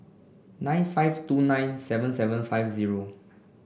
nine five two nine seven seven five zero